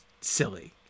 silly